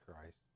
Christ